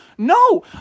No